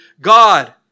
God